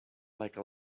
like